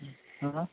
હા